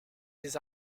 des